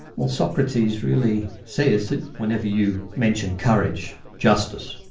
well socrates really says that whenever you mention courage, justice,